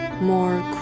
more